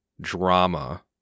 drama